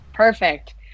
Perfect